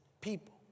people